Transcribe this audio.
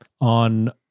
On